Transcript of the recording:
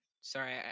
Sorry